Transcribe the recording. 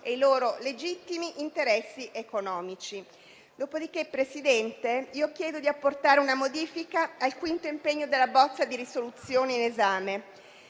e i loro legittimi interessi economici. Dopodiché, signora Presidente, chiedo di apportare una modifica al quinto impegno della bozza di risoluzione in esame: